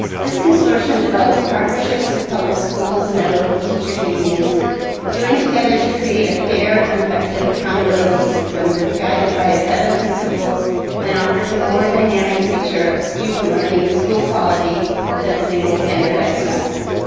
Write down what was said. this consortium develops partnerships with public schools and their local teachers unions joined together to create a fair and effective accountability system that's guided by a set of principles and offers a more dynamic picture of student learning, school quality than a single standardized test.